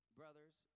brothers